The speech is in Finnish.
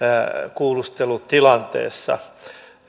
kuulustelutilanteessa